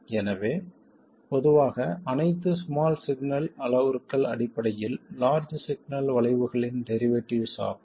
எனவே பொதுவாக அனைத்து ஸ்மால் சிக்னல் அளவுருக்கள் அடிப்படையில் லார்ஜ் சிக்னல் வளைவுகளின் டெரிவேட்டிவ்ஸ் ஆகும்